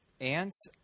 Ants